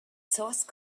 source